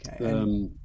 Okay